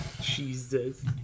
Jesus